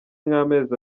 nk’amezi